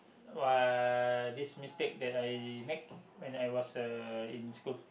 uh this mistake that I make when I was uh in school